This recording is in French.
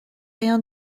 rien